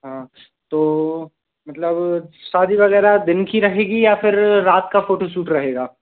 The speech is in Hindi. हाँ तो मतलब शादी वगैरह दिन की रहेगी या फिर रात का फोटोशूट रहेगा